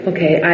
Okay